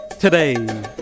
Today